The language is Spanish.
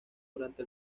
durante